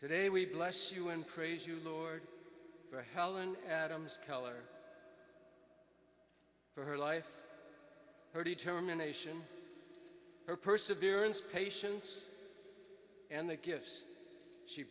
today we bless you and praise you lord for helen adams color for her life her determination her perseverance patience and the gifts she